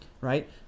right